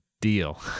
deal